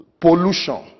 pollution